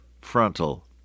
frontal